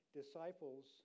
disciples